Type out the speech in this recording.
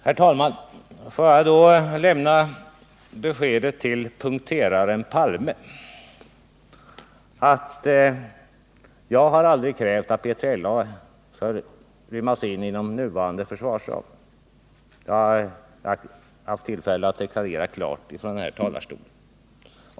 Herr talman! Får jag då till punkteraren Palme lämna beskedet att jag aldrig har krävt att BILA skall inrymmas inom nuvarande försvarsram. Detta har jag tidigare haft tillfälle att klart deklarera från denna talarstol.